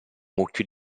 mucchio